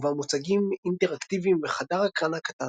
ובה מוצגים אינטראקטיביים וחדר הקרנה קטן